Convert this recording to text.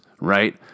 right